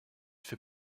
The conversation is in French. fait